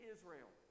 Israel